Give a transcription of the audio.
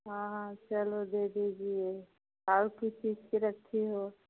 हाँ हाँ चलो दे दीजिए आप किस चीज़ की रखी हो